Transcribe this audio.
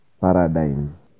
Paradigms